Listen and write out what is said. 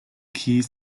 keys